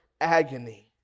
agony